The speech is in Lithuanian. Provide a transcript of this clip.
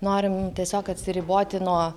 norim tiesiog atsiriboti nuo